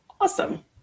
awesome